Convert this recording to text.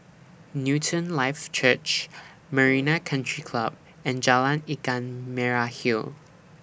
Newton Life Church Marina Country Club and Jalan Ikan Merah Hill